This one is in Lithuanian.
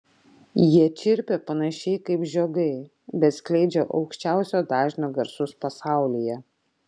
jie čirpia panašiai kaip žiogai bet skleidžia aukščiausio dažnio garsus pasaulyje